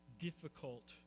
difficult